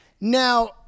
Now